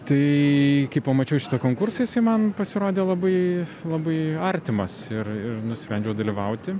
tai kai pamačiau šitą konkursą jisai man pasirodė labai labai artimas ir ir nusprendžiau dalyvauti